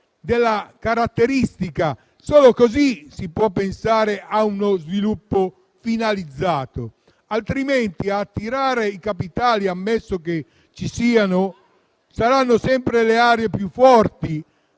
della scuola. Solo così si può pensare a uno sviluppo finalizzato, altrimenti ad attirare i capitali - ammesso che ci siano - saranno sempre le aree più forti,